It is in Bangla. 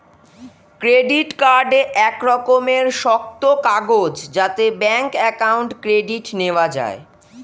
ক্রেডিট কার্ড এক রকমের শক্ত কাগজ যাতে ব্যাঙ্ক অ্যাকাউন্ট ক্রেডিট নেওয়া যায়